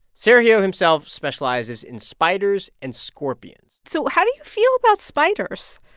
sergio himself specializes in spiders and scorpions so how do you feel about spiders?